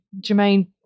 Jermaine